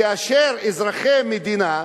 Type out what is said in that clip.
כאשר אזרחי מדינה,